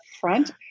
front